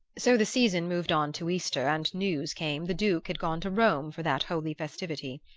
so the season moved on to easter, and news came the duke had gone to rome for that holy festivity.